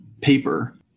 paper